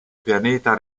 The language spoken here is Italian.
pianeta